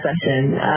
session